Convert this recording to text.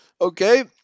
Okay